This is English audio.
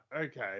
okay